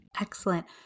Excellent